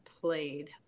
played